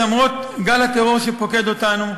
למרות גל הטרור שפוקד אותנו,